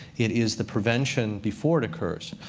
it is the prevention before it occurs.